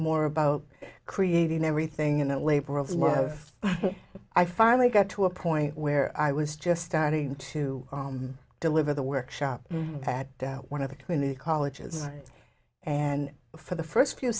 more about creating everything in a labor of love i finally got to a point where i was just starting to deliver the workshop had one of the community colleges and for the first few